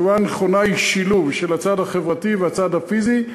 התשובה הנכונה היא שילוב של הצד החברתי והצד הפיזי.